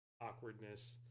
awkwardness